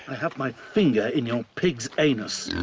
have my finger in your pig's anus.